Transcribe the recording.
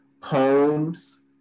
poems